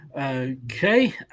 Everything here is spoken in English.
Okay